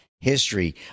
history